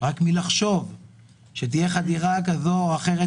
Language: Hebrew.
רק מלחשוב שתהיה חדירה ימית כזו או אחרת,